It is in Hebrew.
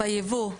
בייבוא.